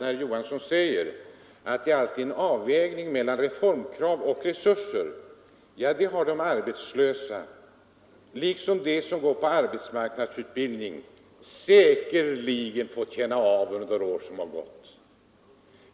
Erik Johansson säger att det alltid är en avvägning mellan reformkrav och resurser. Ja, det har de arbetslösa och de som går på arbetsmarknadsutbildning säkerligen fått känna av under år som har förflutit.